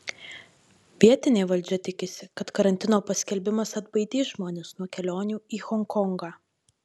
vietinė valdžia tikisi kad karantino paskelbimas atbaidys žmones nuo kelionių į honkongą